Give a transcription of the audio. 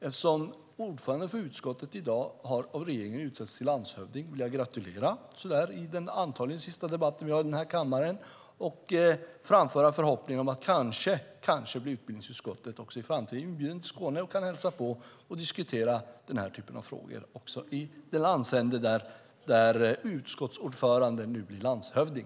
Eftersom ordföranden för utskottet i dag av regeringen har utsetts till landshövding vill jag gratulera i den antagligen sista debatt som vi har här i kammaren och framföra förhoppningen om att utbildningsutskottet kanske också i framtiden blir inbjudet till Skåne och kan hälsa på och diskutera den här typen av frågor också i den landsände där utskottsordföranden nu blir landshövding.